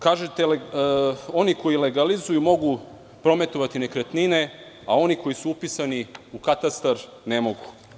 Kažete – oni koji legalizuju mogu prometovati nekretnine, a oni koji su upisani u katastar ne mogu.